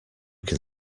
can